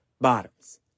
bottoms